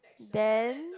then